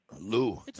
Lou